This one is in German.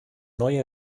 neue